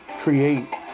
create